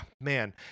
man